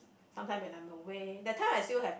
sometime when I'm away that time I still have